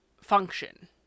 function